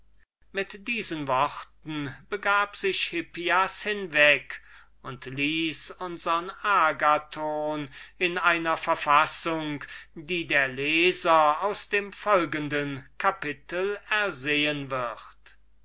mit diesen worten begab sich hippias hinweg und ließ unsern agathon in einer verfassung die der leser aus dem folgenden kapitel ersehen wird